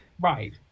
Right